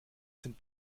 sind